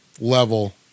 level